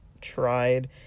tried